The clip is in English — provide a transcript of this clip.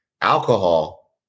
Alcohol